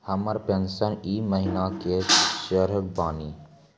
हमर पेंशन ई महीने के चढ़लऽ बानी?